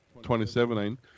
2017